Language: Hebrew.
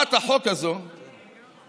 הצעת החוק הזו מופנית